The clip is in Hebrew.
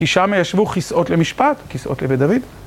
כי שם ישבו כיסאות למשפט, כיסאות לבית דוד.